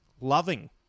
loving